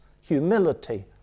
humility